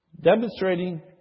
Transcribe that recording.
Demonstrating